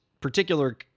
particular